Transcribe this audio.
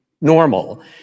normal